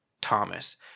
Thomas